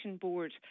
Board